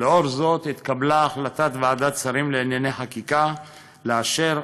התקבלה החלטת ועדת שרים לענייני חקיקה לאשר